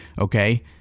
Okay